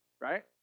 right